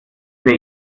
wer